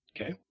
Okay